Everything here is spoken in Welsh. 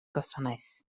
gwasanaeth